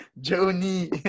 Johnny